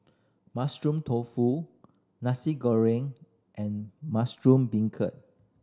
Mushroom Tofu Nasi Goreng and mushroom beancurd